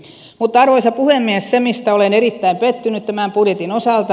mutta arvoisa puhemies se mistä olen erittäin pettynyt tämän budjetin osalta